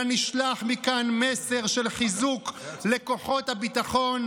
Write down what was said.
אלא נשלח מכאן מסר של חיזוק לכוחות הביטחון,